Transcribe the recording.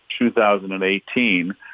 2018